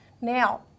Now